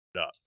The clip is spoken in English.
up